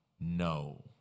no